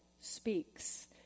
speaks